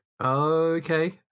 Okay